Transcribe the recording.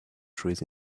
trees